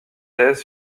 thèses